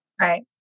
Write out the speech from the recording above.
Right